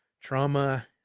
trauma